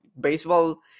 baseball